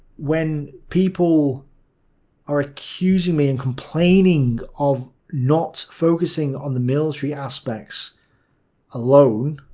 when people are accusing me and complaining of not focusing on the military aspects alone,